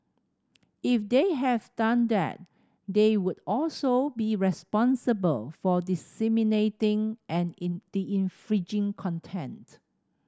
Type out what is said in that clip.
if they have done that they would also be responsible for disseminating an infringing content